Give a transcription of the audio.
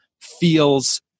feels